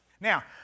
Now